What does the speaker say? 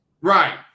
Right